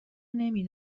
نمی